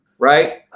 Right